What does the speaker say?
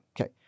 Okay